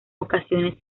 ocasiones